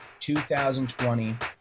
2020